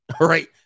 right